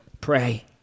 pray